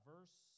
Verse